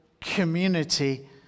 community